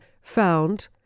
found